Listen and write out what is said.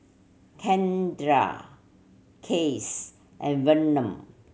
Kendra Cass and Vernon